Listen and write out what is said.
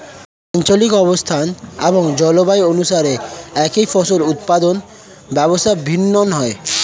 আঞ্চলিক অবস্থান এবং জলবায়ু অনুসারে একই ফসলের উৎপাদন ব্যবস্থা ভিন্ন হয়